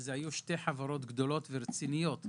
שביקרתי בפרויקטים של שתי חברות גדולות ורציניות,